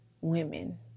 women